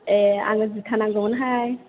ए आंनो जुता नांगौमोनहाय